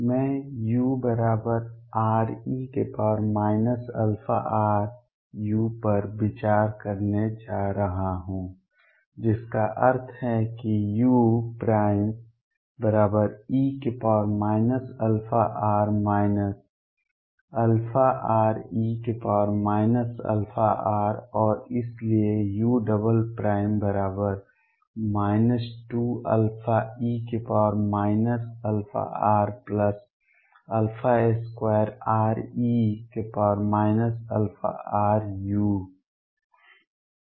मैं ure αr u पर विचार करने जा रहा हूं जिसका अर्थ है कि ue αr αre αr और इसलिए u 2αe αr2re αr u